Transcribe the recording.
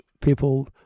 people